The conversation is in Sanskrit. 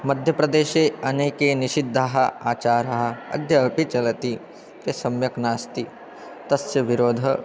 मध्यप्रदेशे अनेके निषिद्धाः आचाराः अद्य अपि चलन्ति ते सम्यक् नास्ति तस्य विरोधः